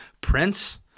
Prince